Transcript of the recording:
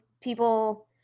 people